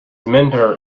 mentor